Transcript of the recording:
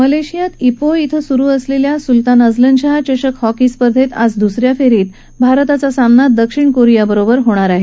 मलेशियात पीह ॐ सुरू असलेल्या सुल्तान अझलन शाह चषक हॉकी स्पर्धेत आज दुसऱ्या फेरीत भारताचा सामना दक्षिण कोरियाशी होणार आहे